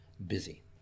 busy